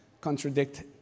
contradict